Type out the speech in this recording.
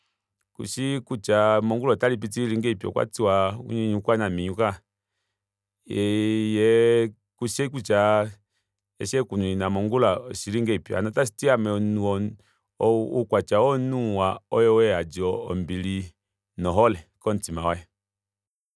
Kushi kutya mongula otalipiti lili ngahelipi okwatiwa unyuni oukwanaminyuka yee kushi kutya osho ekununina mongula oshili ngahelipi hano otashiti ame omunhu oukwatya womunhu muwa oyou eyadi ombili nohole komutima waye